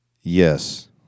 Yes